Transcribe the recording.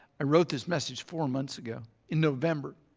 i wrote this message four months ago in november.